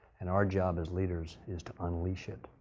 and our job as leaders is to unleash it.